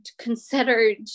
considered